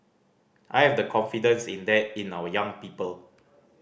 I have the confidence in that in our young people